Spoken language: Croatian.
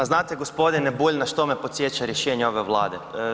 Pa znate g. Bulj na što me podsjeća rješenje ove Vlade?